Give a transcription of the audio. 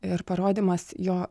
ir parodymas jo